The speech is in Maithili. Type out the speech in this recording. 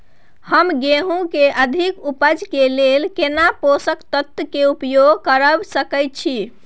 हम गेहूं के अधिक उपज के लेल केना पोषक तत्व के उपयोग करय सकेत छी?